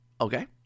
Okay